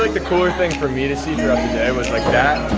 like the cooler thing for me to see throughout the day was like, that,